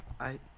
I-